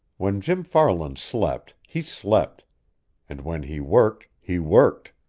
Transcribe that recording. when jim farland slept, he slept and when he worked, he worked.